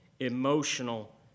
emotional